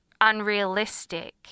unrealistic